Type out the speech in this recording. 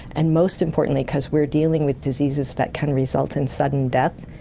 and most importantly because we are dealing with diseases that can result in sudden death,